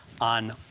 on